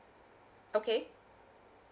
okay